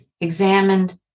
examined